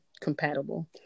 compatible